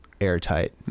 airtight